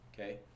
okay